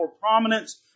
prominence